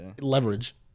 leverage